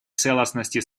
целостности